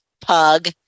pug